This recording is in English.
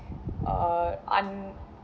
uh uh